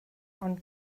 ond